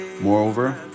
Moreover